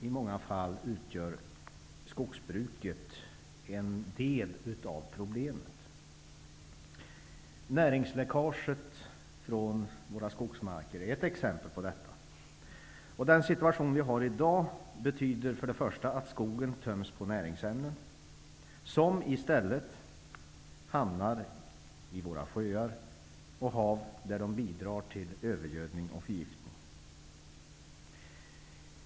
I många fall utgör skogsbruket en del av problemet. Näringsläckaget från våra skogsmarker är ett exempel på detta. Den situation vi har i dag betyder först och främst att skogen töms på näringsämnen. De hamnar i stället i våra sjöar och hav där de bidrar till övergödning och förgiftning.